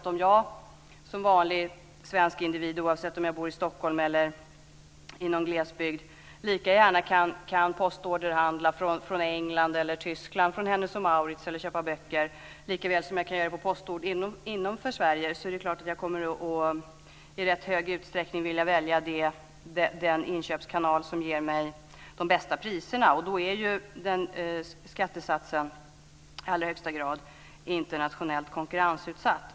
Om jag som vanlig svensk individ, oavsett om jag bor i Stockholm eller i någon glesbygd, kan postorderhandla från England eller Tyskland från Hennes & Mauritz eller köpa böcker likaväl som jag kan handla på postorder inom Sverige, så är det klart att jag i rätt hög utsträckning kommer att välja den inköpskanal som ger mig de bästa priserna. Då är ju skattesatsen i allra högsta grad internationellt konkurrensutsatt.